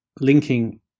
linking